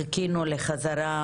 חיכינו לחזרה